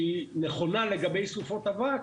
שהיא נכונה לגבי סופות אבק,